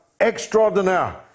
extraordinaire